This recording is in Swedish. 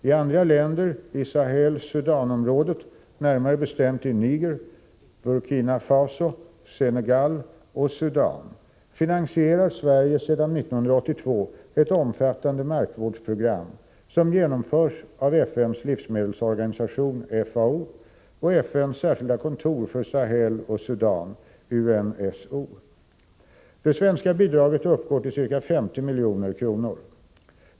I andra länder i Sahel Sudanområdet — närmare bestämt i Niger, Burkina Faso, Senegal och Sudan —- finansierar Sverige sedan 1982 ett omfattande markvårdsprogram som genomförs av FN:s livsmedelsorganisation och FN:s särskilda kontor för Sahel och Sudan . Det svenska bidraget uppgår till ca 50 milj.kr.